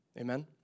Amen